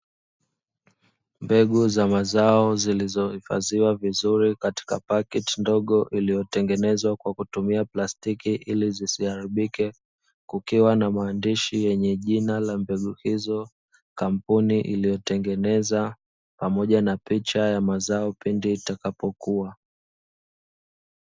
Mbegu za mazao zilizohifadhiwa vizuri katika paketi ndogo, iliyotengenezwa kwa kutumia plastiki ili zisiharibike, kukiwa na maandishi yenye jina la mbegu hizo, kampuni iliyotengeneza, pamoja na picha ya mazao pindi itakapokua.